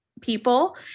people